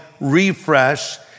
Refresh